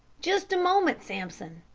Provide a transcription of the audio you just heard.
just a moment, sampson!